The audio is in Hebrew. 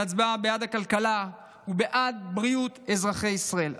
היא הצבעה בעד הכלכלה ובעד בריאות אזרחי ישראל.